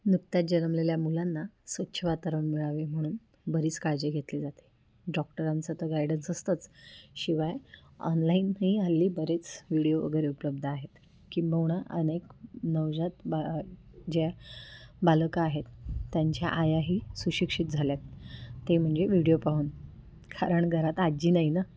नुकत्याच जन्मलेल्या मुलांना स्वच्छ वातावरण मिळावे म्हणून बरीच काळजी घेतली जाते डॉक्टरांचं तर गायडन्स असतंच शिवाय ऑनलाईनही हल्ली बरेच व्हिडिओ वगैरे उपलब्ध आहेत किंबहुना अनेक नवजात बा ज्या बालकं आहेत त्यांच्या आयाही सुशिक्षित झाल्या आहेत ते म्हणजे व्हिडिओ पाहून कारण घरात आजी नाही ना